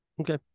Okay